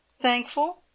thankful